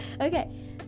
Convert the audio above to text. Okay